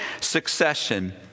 succession